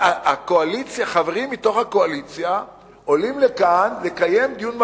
חברים מתוך הקואליציה עולים לכאן לקיים דיון במליאה,